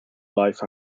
life